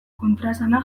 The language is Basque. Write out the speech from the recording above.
kontraesana